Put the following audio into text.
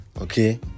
Okay